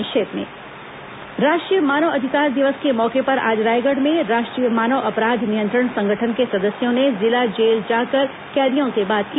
संक्षिप्त समाचार राष्ट्रीय मानव अधिकार दिवस के मौके पर आज रायगढ़ में राष्ट्रीय मानव अपराध नियंत्रण संगठन के सदस्यों ने जिला जेल जाकर कैदियों से बात की